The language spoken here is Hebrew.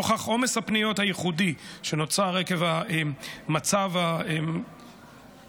נוכח עומס הפניות הייחודי שנוצר עקב המצב הבלתי-נסבל,